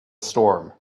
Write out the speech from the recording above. storm